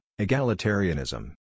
egalitarianism